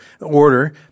order